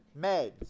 meds